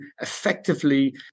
effectively